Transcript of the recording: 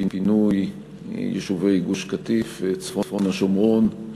לפינוי יישובי גוש-קטיף וצפון השומרון.